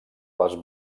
les